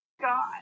God